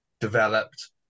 developed